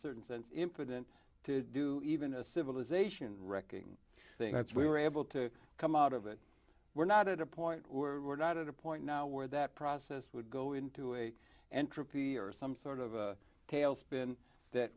certain sense impotent to do even a civilization wrecking thing that's we were able to come out of it we're not at a point we're not at a point now where that process would go into a entropy or some sort of tailspin that